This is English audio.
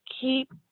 keep